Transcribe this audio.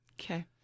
Okay